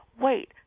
wait